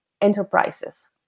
enterprises